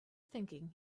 thinking